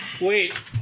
Wait